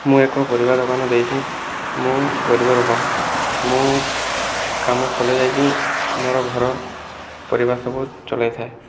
ମୁଁ ଏକ ପରିବା ଦୋକାନ ଦେଇଛି ମୁଁ ଗରିବ ଲୋକ ମୁଁ କାମ କଲେ ଯାଇକି ମୋର ଘର ପରିବା ସବୁ ଚଲେଥାଏ